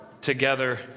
together